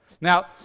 Now